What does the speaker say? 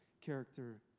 character